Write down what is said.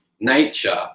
Nature